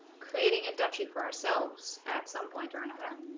creating a duchy for ourselves at some point or another